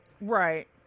Right